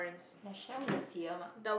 National Museum ah